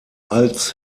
als